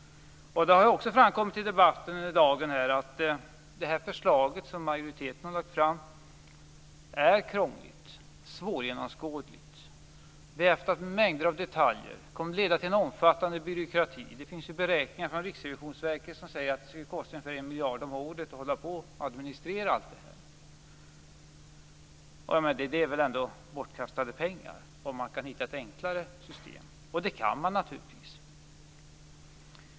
Det har framkommit under dagen i debatten att det förslag som majoriteten har lagt fram är krångligt, svårgenomskådligt, behäftat med mängder av detaljer och kommer att leda till en omfattande byråkrati. Det finns beräkningar från Riksrevisionsverket som visar att det kommer att kosta 1 miljard om året att administrera systemet. Det är väl ändå bortkastade pengar om det går att hitta ett enklare system? Det går naturligtvis.